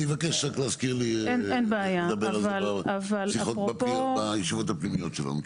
אני מבקש רק להזכיר לי לדבר על זה בישיבות הפנימיות שלנו.